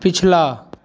पछिला